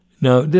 Now